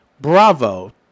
Bravo